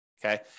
Okay